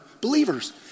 believers